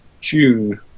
June